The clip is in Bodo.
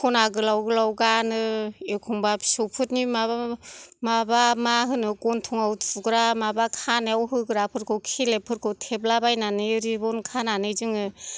सना गोलाव गोलाव गानो एखम्बा फिसौफोरनि माबा माबा माबा मा होनो गन्थंआव थुग्रा माबा खानायाव होग्राफोरखौ खिलेबफोरखौ थेबला बायनानै रिबन खानानै जोङो